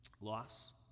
Loss